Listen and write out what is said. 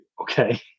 okay